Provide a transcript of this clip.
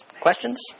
Questions